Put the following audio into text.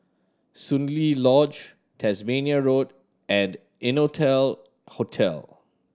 Soon Lee Lodge Tasmania Road and Innotel Hotel